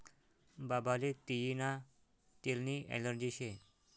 बाबाले तियीना तेलनी ॲलर्जी शे